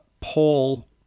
Paul